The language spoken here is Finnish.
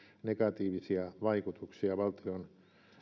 negatiivisia vaikutuksia valtion